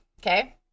okay